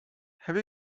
have